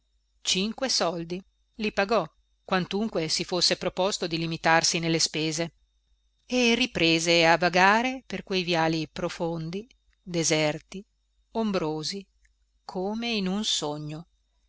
cinque soldi i pagò quantunque si fosse proposto di limitarsi nelle spese e riprese a vagare per quei viali profondi deserti ombrosi come in un sogno